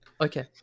Okay